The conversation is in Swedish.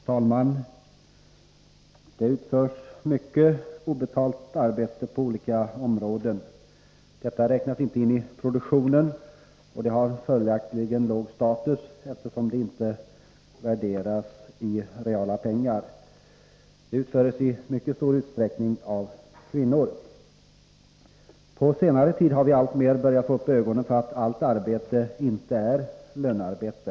Herr talman! Det utförs på olika områden mycket obetalt arbete som inte räknas in i produktionen. Eftersom det arbetet inte värderas i reala pengar har det låg status. I mycket stor utsträckning utförs arbetet av kvinnor. Under senare tid har vi alltmer börjat få upp ögonen för att allt arbete inte är lönearbete.